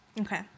Okay